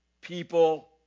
people